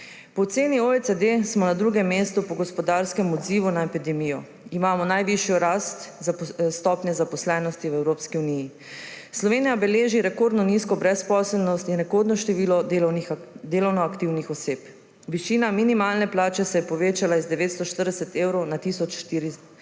Po oceni OECD smo na drugem mestu po gospodarskem odzivu na epidemijo. Imamo najvišjo rast stopnje zaposlenosti v Evropski uniji. Slovenija beleži rekordno nizko brezposelnost in rekordno število delovno aktivnih oseb. Višina minimalne plače se je povečala z 940 evrov na tisoč 74 evrov,